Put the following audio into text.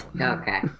Okay